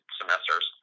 semesters